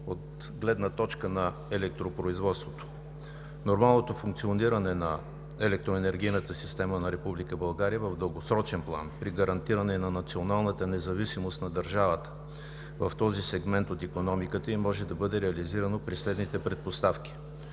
От гледна точка на електропроизводството. Нормалното функциониране на електроенергийната система на Република България в дългосрочен план, при гарантиране на националната независимост на държавата в този сегмент от икономиката ѝ, може да бъде реализирано при следните предпоставки: